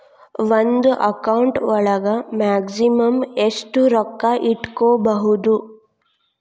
ಒಂದು ಅಕೌಂಟ್ ಒಳಗ ಮ್ಯಾಕ್ಸಿಮಮ್ ಎಷ್ಟು ರೊಕ್ಕ ಇಟ್ಕೋಬಹುದು?